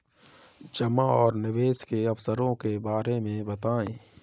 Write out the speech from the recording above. जमा और निवेश के अवसरों के बारे में बताएँ?